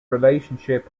relationship